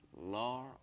law